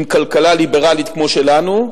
עם כלכלה ליברלית כמו שלנו,